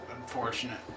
unfortunate